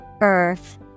Earth